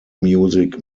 music